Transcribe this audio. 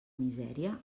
misèria